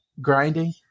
grinding